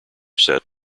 short